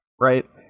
right